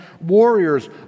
warriors